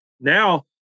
Now